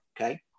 Okay